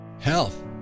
health